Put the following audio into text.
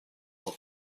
more